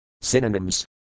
Synonyms